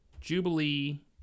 Jubilee